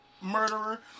murderer